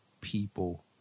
people